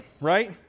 right